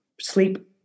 sleep